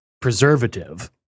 preservative